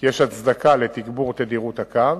שיש הצדקה לתגבור תדירות הקו,